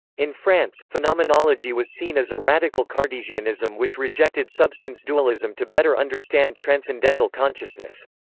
in france, phenomenology was seen as a radical cartesianism which rejected substance dualism to better understand transcendental consciousness.